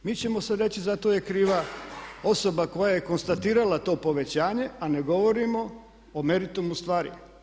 Mi ćemo sad reći zato je kriva osoba koja je konstatirala to povećanje a ne govorimo o meritumu stvari.